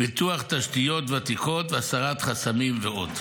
פיתוח תשתיות ותיקות והסרת חסמים ועוד.